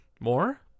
more